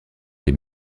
des